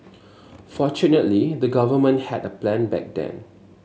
fortunately the government had a plan back then